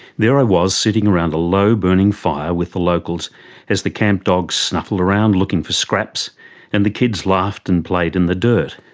there i was, sitting around a low burning fire with the locals as the camp dogs snuffled around looking for scraps and the kids laughed and played in the dirt.